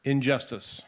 Injustice